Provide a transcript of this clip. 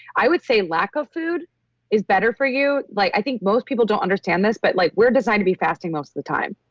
i would say lack of food is better for you. like i think most people don't understand this, but like we're designed to be fasting most of the time.